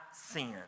sin